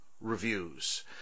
reviews